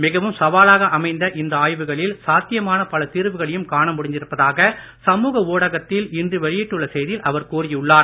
மிகவும் சவாலாக அமைந்த இந்த ஆய்வுகளில் சாத்தியமான பல தீர்வுகளையும் காண முடிந்திருப்பதாக சமூக ஊடகத்தில் இன்று வெளியிட்டுள்ள செய்தியில் அவர் கூறியுள்ளார்